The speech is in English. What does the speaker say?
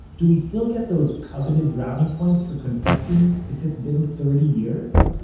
do we still get those coveted brownie points for confessing if it's been thirty years?